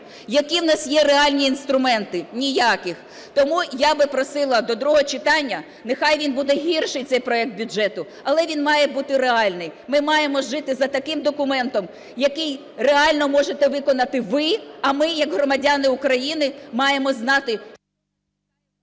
Які у нас є реальні інструменти? Ніяких. Тому я б просила до другого читання, нехай він буде гірший цей проект бюджету, але він має бути реальний. Ми маємо жити за таким документом, який реально можете виконати ви, а ми як громадяни України маємо знати…